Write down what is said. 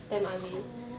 orh